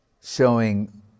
showing